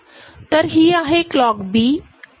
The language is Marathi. तर ही आहे क्लॉक B आणि ही आहे क्लॉक A